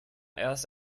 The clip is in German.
erst